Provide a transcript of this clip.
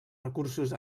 recursos